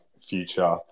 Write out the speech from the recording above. future